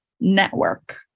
network